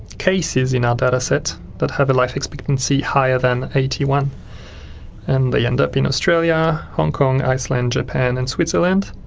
cases in our data set that have a life expectancy higher than eighty one and they end up in australia, hong kong, iceland, japan and switzerland,